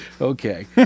Okay